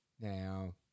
Now